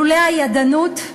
לולא הידענות,